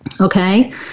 okay